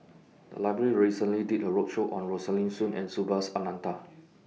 The Library recently did A roadshow on Rosaline Soon and Subhas Anandan